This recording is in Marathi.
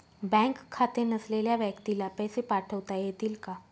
बँक खाते नसलेल्या व्यक्तीला पैसे पाठवता येतील का?